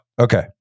Okay